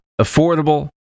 affordable